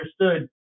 understood